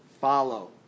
follow